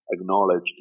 acknowledged